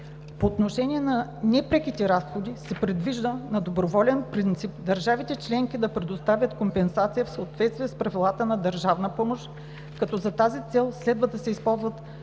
По отношение на непреките разходи се предвижда на доброволен принцип държавите членки да предоставят компенсация в съответствие с правилата за държавна помощ, като за тази цел следва да се използват